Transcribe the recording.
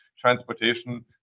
transportation